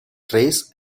trays